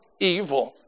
evil